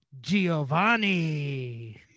Giovanni